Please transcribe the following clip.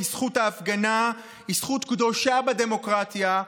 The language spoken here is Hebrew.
כי זכות ההפגנה היא זכות קדושה בדמוקרטיה,